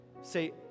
Say